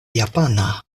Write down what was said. japana